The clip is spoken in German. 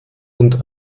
und